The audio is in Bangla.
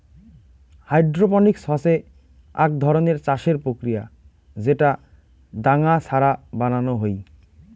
হাইড্রোপনিক্স হসে আক ধরণের চাষের প্রক্রিয়া যেটা দাঙ্গা ছাড়া বানানো হই